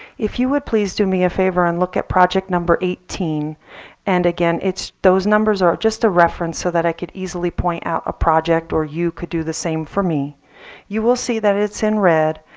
if you would please do me a favor and look at project number eighteen and again, those numbers are just a reference so that i could easily point out a project or you could do the same for me you will see that it's in red.